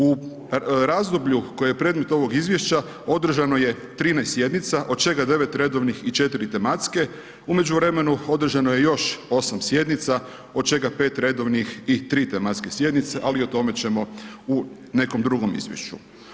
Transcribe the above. U razdoblju koje je predmet ovog izvješća, održano je 13 sjednica od čega 9 redovnih i 4 tematske, u međuvremenu održano je još 8 sjednica od čega 5 redovnih i 3 tematske sjednice ali o tome ćemo u nekom drugom izvješću.